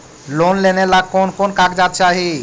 Loan लेने ला कोन कोन कागजात चाही?